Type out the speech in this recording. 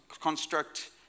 construct